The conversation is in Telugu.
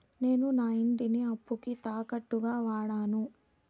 నేను నా ఇంటిని అప్పుకి తాకట్టుగా వాడాను